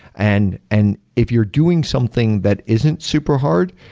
and and if you're doing something that isn't super hard,